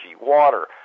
water